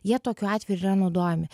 jie tokiu atveju ir yra naudojami